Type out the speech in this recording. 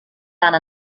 tant